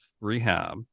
rehab